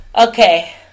Okay